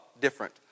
different